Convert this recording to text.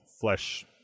flesh